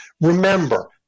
Remember